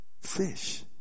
fish